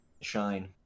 shine